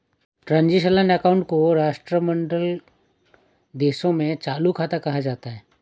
transitional account को राष्ट्रमंडल देशों में चालू खाता कहा जाता है